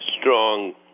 strong